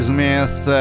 Smith